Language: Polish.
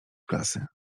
klasy